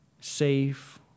safe